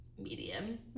medium